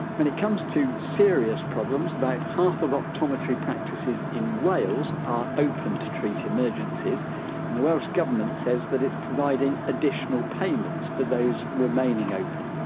when it comes to serious problems about half of optometry practices in wales are open to treat emergencies and the welsh government says that it's providing additional payments for those remaining open.